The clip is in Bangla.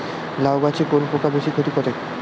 লাউ গাছে কোন পোকা বেশি ক্ষতি করে?